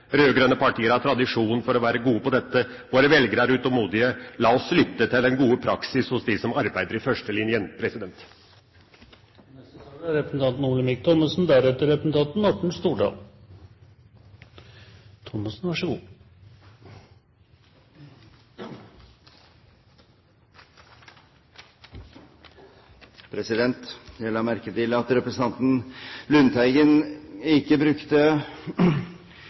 Rød-grønne partier har tradisjon for å være gode på dette. Våre velgere er utålmodige, la oss lytte til den gode praksis hos dem som arbeider i førstelinjen. Jeg la merke til at representanten Lundteigen ikke nevnte dette å ta hele landet i bruk. Riktignok lå det sikkert i kortene i mye av det han snakket om, men denne gangen brukte